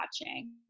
watching